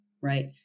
right